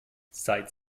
seit